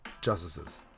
justices